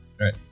right